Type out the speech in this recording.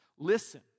Listen